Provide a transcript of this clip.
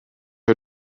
are